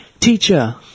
Teacher